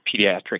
pediatric